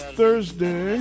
Thursday